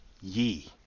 ye